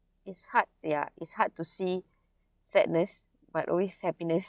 it's hard ya it's hard to see sadness but always happiness